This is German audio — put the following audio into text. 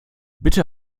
bitte